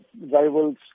rivals